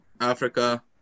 Africa